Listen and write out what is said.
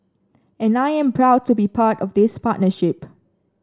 and I am proud to be part of this partnership